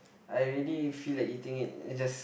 I really feel like eating it then just